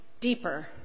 deeper